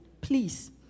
please